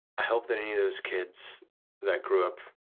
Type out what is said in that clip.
i hope that any of those kids that grew up